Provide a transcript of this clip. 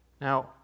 Now